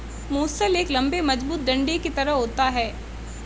मूसल एक लम्बे मजबूत डंडे की तरह होता है